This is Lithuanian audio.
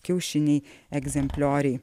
kiaušiniai egzemplioriai